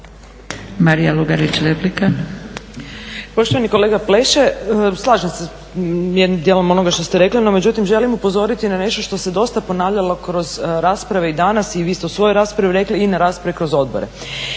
Marija Lugarić, replika.